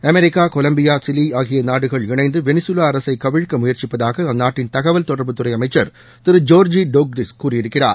America Colombia Chile ஆகிய நாடுகள் இணைந்து வெனிசுலா அரசை கவிழ்க்க முயற்சிப்பதாக அந்நாட்டின் தகவல் தொடர்புத் துறை அமைச்சர் திரு ஜோர்ஜி டோட்ரிக்ஸ் கூறியிருக்கிறார்